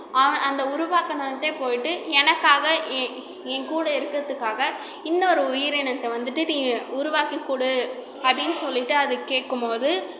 அவன் அந்த உருவாக்கனவன் கிட்டையே போயிவிட்டு எனக்காக ஏன் ஏன் கூட இருக்கருத்துக்காக இன்னோரு உயிரினத்தை வந்துவிட்டு நீ உருவாக்கி கொடு அப்படின்னு சொல்லிவிட்டு அது கேட்குமோது